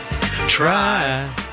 try